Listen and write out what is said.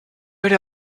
era